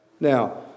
Now